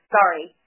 Sorry